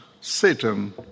Satan